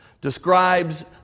describes